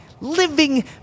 living